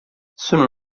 sono